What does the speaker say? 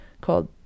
called